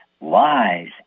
lies